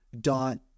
dot